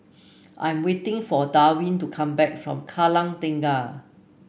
I'm waiting for Darwin to come back from Kallang Tengah